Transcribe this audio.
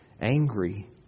angry